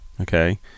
Okay